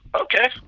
Okay